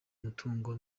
mutungo